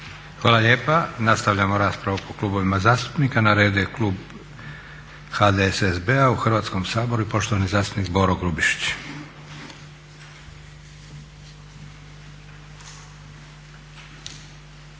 Hvala lijepa. Nastavljamo raspravu po klubovima zastupnika. Na redu je klub HDSSB-a u Hrvatskom saboru i poštovani zastupnik Boro Grubišić.